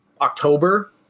October